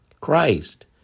Christ